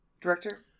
director